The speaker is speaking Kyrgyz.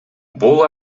бул